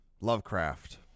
Lovecraft